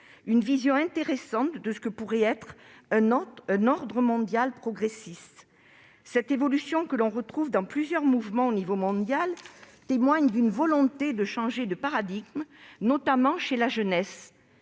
une vision intéressante de ce que pourrait être un ordre mondial progressiste. Cette évolution, que l'on retrouve dans plusieurs mouvements au niveau mondial, témoigne d'une volonté de changer de paradigme, notamment au sein de la jeunesse.